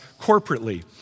corporately